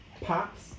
pops